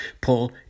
Paul